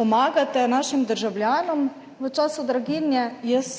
pomagate našim državljanom v času draginje, jaz